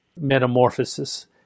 metamorphosis